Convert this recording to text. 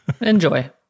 Enjoy